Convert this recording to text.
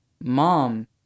mom